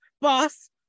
boss